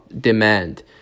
demand